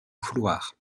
couloirs